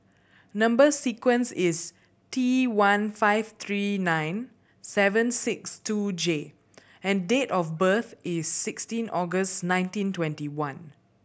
number sequence is T one five three nine seven six two J and date of birth is sixteen August nineteen twenty one